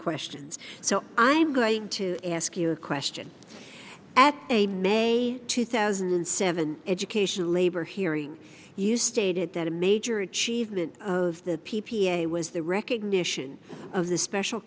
questions so i'm going to ask you a question at a may two thousand and seven education labor hearing you stated that a major achievement of the p p a was the recognition of the special